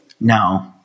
No